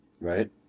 right